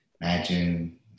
imagine